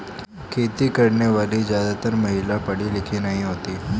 खेती करने वाली ज्यादातर महिला पढ़ी लिखी नहीं होती